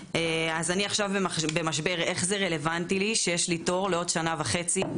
אז אני במשבר עכשיו איך זה רלוונטי שיש לי תור לעוד שנה וחצי?